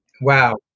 Wow